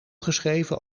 geschreven